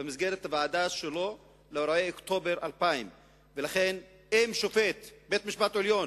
במסגרת הוועדה שלו לאירועי אוקטובר 2000. שופט בית-המשפט העליון